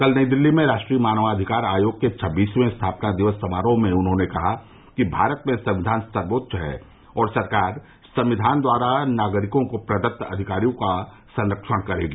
कल नई दिल्ली में राष्ट्रीय मानवाधिकार आयोग के छब्बीसवें स्थापना दिवस समारोह में उन्होंने कहा कि भारत में संविधान सर्वोच्च है और सरकार संविधान द्वारा नागरिकों को प्रदत्त अधिकारों का संरक्षण करेगी